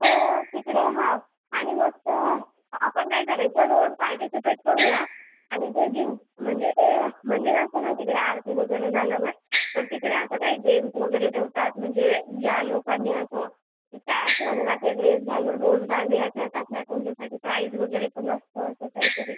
हो तिकडे हां आणि मस्त आपण काय करायचं रोज पार्टिसिपेट करूया आणि ते जिं म्हणजे ते मंदिर असतं ना तिकडे आरती वगैरे झाल्यावर तर तिकडे असं काही गेम्स वगैरे ठेवतात म्हणजे ज्या लोकांनी असं त्याच रंगाचे ड्रेस घालून रोज दांडिया खेळतात ना त्यांच्यासाठी प्राइज वगैरे पण असतं असं काहीतरी